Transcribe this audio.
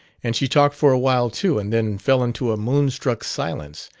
and she talked for awhile too and then fell into a moonstruck silence.